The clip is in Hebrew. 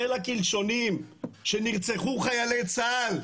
ליל הקלשונים, שנרצחו חיילי צה"ל.